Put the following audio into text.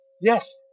Yes